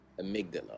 amygdala